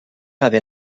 avait